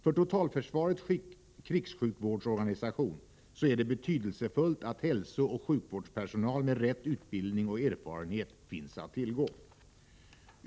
För totalförsvarets krigssjukvårdsorganisation är det betydelsefullt att hälsooch sjukvårdspersonal med rätt utbildning och erfarenhet finns att tillgå.